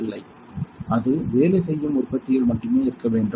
இல்லை அது வேலை செய்யும் உற்பத்தியில் மட்டுமே இருக்க வேண்டும்